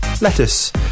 Lettuce